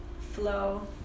flow